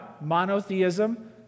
monotheism